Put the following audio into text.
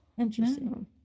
Interesting